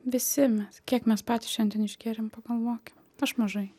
visi mes kiek mes patys šiandien išgėrėm pagalvokim aš mažai